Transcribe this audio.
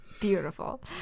Beautiful